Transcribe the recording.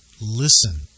listen